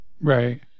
Right